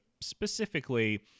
specifically